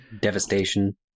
devastation